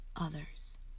others